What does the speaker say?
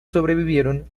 sobrevivieron